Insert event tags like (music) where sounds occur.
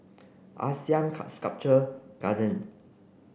ASEAN (unintelligible) Sculpture Garden